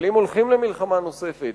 אבל אם הולכים למלחמה נוספת,